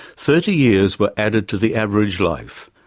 thirty years were added to the average life,